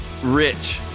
rich